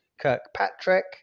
Kirkpatrick